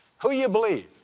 who you believe,